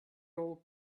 old